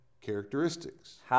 characteristics